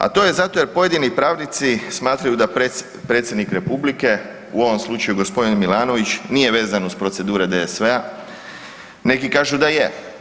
A to je zato jer pojedini pravnici smatraju da Predsjednik Republike, u ovom slučaju g. Milanović, nije vezan uz procedure DSV-a, neki kažu da je.